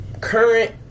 Current